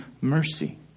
mercy